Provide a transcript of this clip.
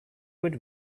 would